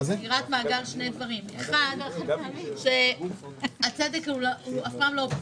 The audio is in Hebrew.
השתייה שם היא בגרושים.